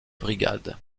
brigades